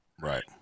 Right